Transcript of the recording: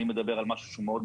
אני מדבר על משהו חשוב מאוד,